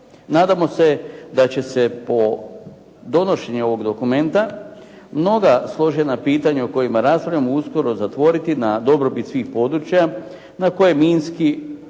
Nadamo se da će se po donošenju ovog dokumenta mnoga složena pitanja o kojima raspravljamo uskoro zatvoriti na dobrobit svih područja na koje minski